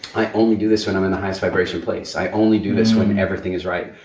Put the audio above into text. i only do this when i'm in a highest vibration place. i only do this when everything is right,